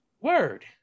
Word